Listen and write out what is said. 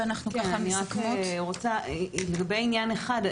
כן, לגבי עניין אחד.